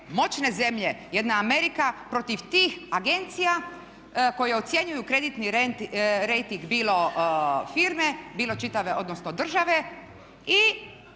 moćne zemlje, jedna Amerika protiv tih agencija koje ocjenjuju kreditni rejting bilo firme bilo čitave, odnosno države i